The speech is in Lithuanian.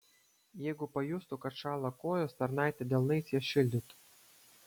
jeigu pajustų kad šąla kojos tarnaitė delnais jas šildytų